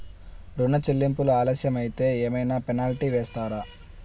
ఋణ చెల్లింపులు ఆలస్యం అయితే ఏమైన పెనాల్టీ వేస్తారా?